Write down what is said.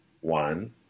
One